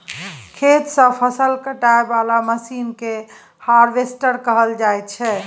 खेत सँ फसल काटय बला मशीन केँ हार्वेस्टर कहल जाइ छै